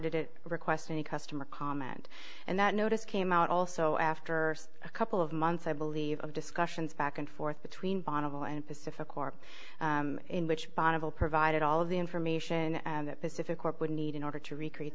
did it request any customer comment and that notice came out also after a couple of months i believe of discussions back and forth between bonneville and pacific or in which bonneville provided all of the information that pacific would need in order to recreate